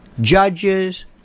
judges